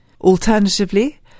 Alternatively